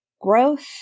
growth